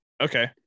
okay